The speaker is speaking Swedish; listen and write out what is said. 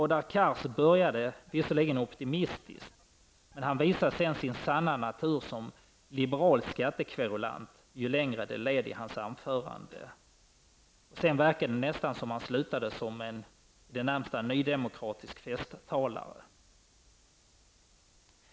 Hadar Cars började visserligen optimistiskt, men han visade sin sanna natur som liberal skattekverulant ju längre han kom i sitt anförande. Han slutade närmast som en nydemokratisk festtalare.